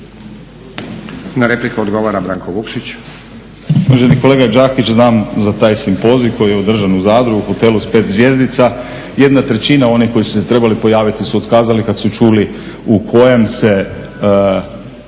Na repliku odgovara Josip Đakić.